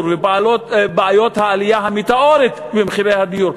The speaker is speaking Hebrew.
ובעיות העלייה המטאורית במחירי הדיור,